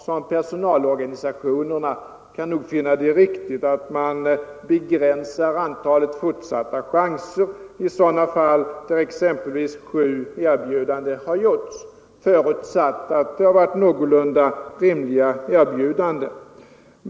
Såväl personalorganisationerna som jag kan finna det riktigt att man begränsar antalet fortsatta chanser i sådana fall där exempelvis sju erbjudanden har gjorts, förutsatt att det varit någorlunda rimliga erbjudanden.